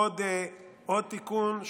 עוד תיקון,